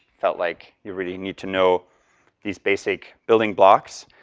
felt like you really need to know these basic building blocks.